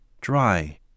dry